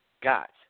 got